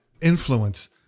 influence